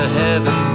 heaven